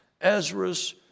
Ezra's